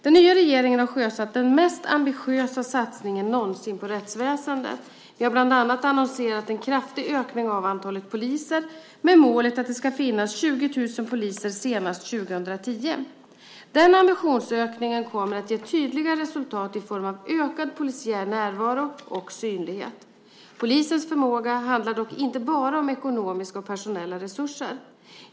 Den nya regeringen har sjösatt den mest ambitiösa satsningen någonsin på rättsväsendet. Vi har bland annat annonserat en kraftig ökning av antalet poliser med målet att det ska finnas 20 000 poliser senast 2010. Denna ambitionsökning kommer att ge tydliga resultat i form av ökad polisiär närvaro och synlighet. Polisens förmåga handlar dock inte bara om ekonomiska och personella resurser.